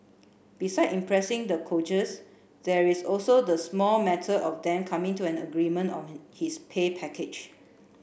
besides impressing the coaches there is also the small matter of them coming to an agreement on his pay package